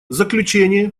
заключение